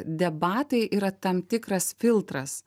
debatai yra tam tikras filtras